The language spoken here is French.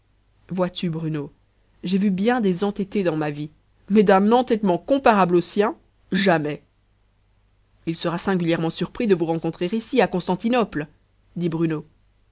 vois-tu bruno j'ai vu bien des entêtés dans ma vie mais d'un entêtement comparable au sien jamais il sera singulièrement surpris de vous rencontrer ici à constantinople dit bruno